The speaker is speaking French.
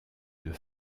deux